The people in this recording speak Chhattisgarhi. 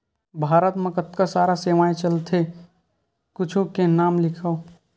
भारत मा कतका सारा सेवाएं चलथे कुछु के नाम लिखव?